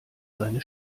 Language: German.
seine